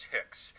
Hicks